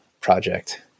project